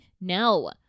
No